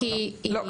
לא.